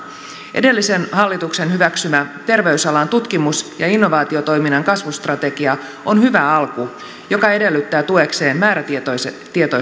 edellisen hallituksen hyväksymä terveysalan tutkimus ja innovaatiotoiminnan kasvustrategia on hyvä alku joka edellyttää tuekseen määrätietoista